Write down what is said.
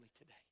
today